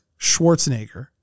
Schwarzenegger